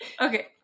okay